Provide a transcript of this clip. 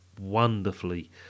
wonderfully